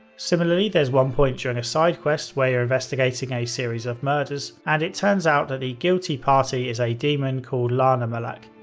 similarly, there's one point during a side quest where you're investigating a series of murders and it turns out that the guilty part is a demon called lanamelach.